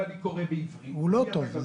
אם אני קורא בעברית, זה לא טוב.